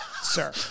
sir